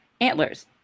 antlers